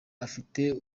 afite